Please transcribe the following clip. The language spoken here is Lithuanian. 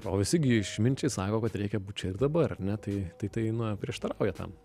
o visi gi išminčiai sako kad reikia būt čia ir dabar ar ne tai tai tai na prieštarauja tam